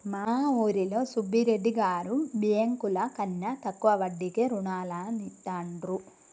మా ఊరిలో సుబ్బిరెడ్డి గారు బ్యేంకుల కన్నా తక్కువ వడ్డీకే రుణాలనిత్తండ్రు